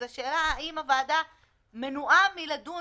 אז השאלה, האם הוועדה מנועה מלדון